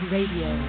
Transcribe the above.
Radio